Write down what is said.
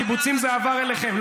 הקיבוצים זה עבר אליכם.